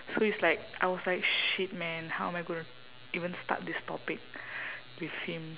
so it's like I was like shit man how am I gonna even start this topic with him